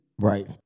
Right